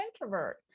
introvert